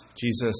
Jesus